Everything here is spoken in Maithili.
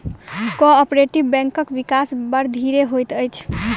कोऔपरेटिभ बैंकक विकास बड़ धीरे होइत अछि